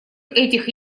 этих